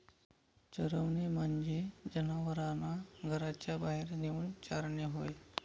चरवणे म्हणजे जनावरांना घराच्या बाहेर नेऊन चारणे होय